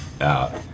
out